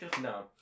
No